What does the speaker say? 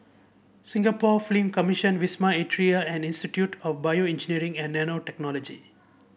Singapore Film Commission Wisma Atria and Institute of BioEngineering and Nanotechnology